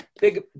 Big